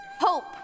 Hope